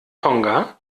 tonga